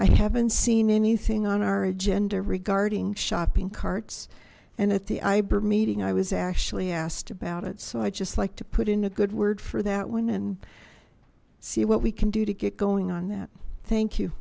i haven't seen anything on our agenda regarding shopping carts and at the i ber meeting i was actually asked about it so i just like to put in a good word for that one and see what we can do to get going on that thank you